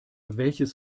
welches